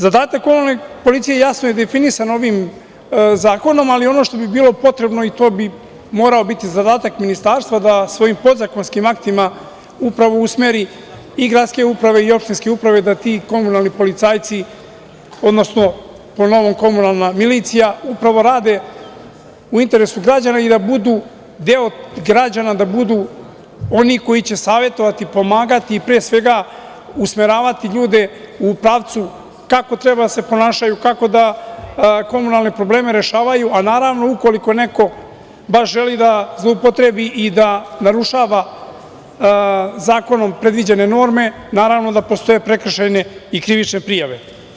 Zadatak komunalne policije je jasno definisano ovim zakonom, ali ono što bi bilo potrebno i to bi morao biti zadatak ministarstva da svojim podzakonskim aktima upravo usmeri i gradske uprave i opštinske uprave i da ti komunalni policajci, odnosno po novim komunalna milicija upravo rade u interesu građana i da deo građana budu oni koji će savetovati, pomagati i pre svega, usmeravati ljude u pravcu kako treba da se ponašaju, kako da komunalne probleme rešavaju, a naravno ukoliko neko baš želi da zloupotrebi i da narušava zakonom predviđene norme, naravno da postoje prekršajne i krivične prijave.